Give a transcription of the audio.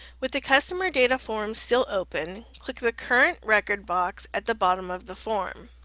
with the customer data form still open click the current record box at the bottom of the form,